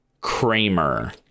kramer